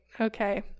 Okay